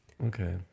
Okay